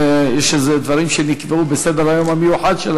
יש דברים שנקבעו בסדר-היום המיוחד של